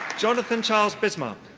jonathan charles bismark.